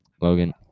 Logan